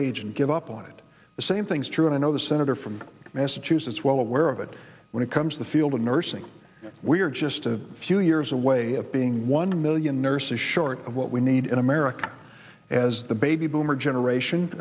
age and give up on it the same things true and i know the senator from massachusetts well aware of it when it comes to the field of nursing we are just a few years away of being one million nurses short of what we need in america as the baby boomer generation